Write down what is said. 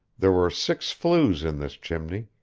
there were six flues in this chimney,